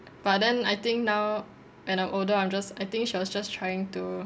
but then I think now when I'm older I'm just I think she was just trying to